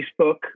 Facebook